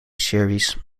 series